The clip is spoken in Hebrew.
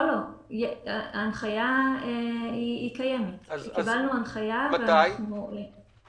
לא, ההנחיה היא קיימת, קיבלנו הנחיה --- מתי